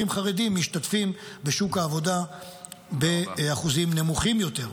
חרדים משתתפים בשוק העבודה באחוזים נמוכים יותר.